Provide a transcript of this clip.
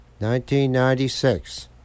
1996